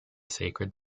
sacred